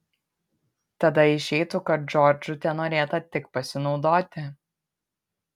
tada išeitų kad džordžu tenorėta tik pasinaudoti